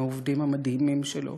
עם העובדים המדהימים שלו